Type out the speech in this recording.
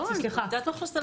לא, אני פרקליטת מחוז תל אביב.